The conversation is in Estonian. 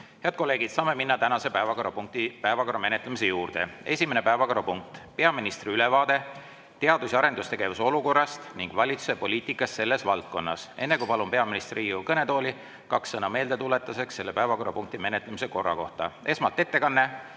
Head kolleegid, saame minna tänaste päevakorrapunktide menetlemise juurde. Esimene päevakorrapunkt on peaministri ülevaade teadus- ja arendustegevuse olukorrast ja valitsuse poliitikast selles valdkonnas. Enne, kui palun peaministri Riigikogu kõnetooli, kaks sõna meeldetuletuseks selle päevakorrapunkti menetlemise korra kohta. Esmalt ettekanne